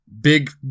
big